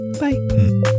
Bye